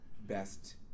best